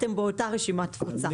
אתם באותה רשימת תפוצה.